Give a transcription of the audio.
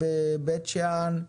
בבית שאן,